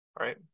Right